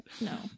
No